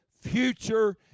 future